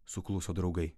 sukluso draugai